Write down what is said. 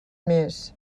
més